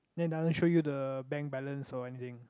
then doesn't show you the bank balance or anything